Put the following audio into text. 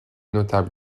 notable